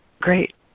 great